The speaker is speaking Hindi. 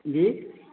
जी